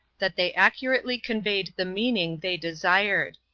that they accurately conveyed the meaning they desired.